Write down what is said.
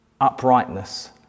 uprightness